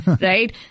Right